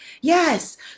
Yes